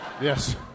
Yes